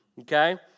Okay